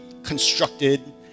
constructed